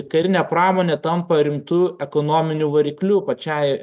karinė pramonė tampa rimtu ekonominiu varikliu pačiai